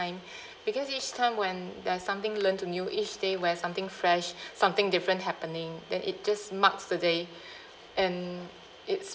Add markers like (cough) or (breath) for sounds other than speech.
(breath) because each time when there's something learn to new each day where something fresh (breath) something different happening then it just marks the day and it's